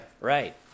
Right